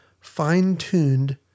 fine-tuned